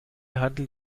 handelt